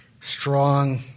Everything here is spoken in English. Strong